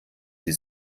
sie